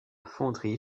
fonderie